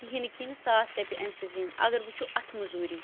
کِہیٖنۍ کِہیٖنٛۍ ساس رۄپیہِ انہِ سُہ زیٖنتھ اَگر وُچھو اَتھٕ موٚزوٗری